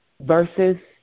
versus